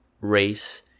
race